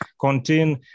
continue